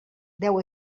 deu